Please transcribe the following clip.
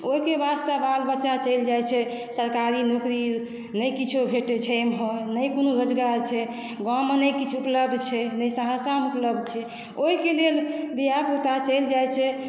ओहिके वास्ते बाल बच्चा चलि जाइ छै सरकारी नौकरी नहि किछो भेटै छै एमहर नहि कोनो रोजगार छै गाँव मे नहि किछु उपलब्ध छै नहि सहरसामे उपलब्ध छै ओहिके लेल धियापुता चलि जाइ छै